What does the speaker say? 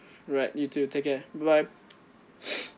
alright you too take care bye